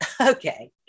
Okay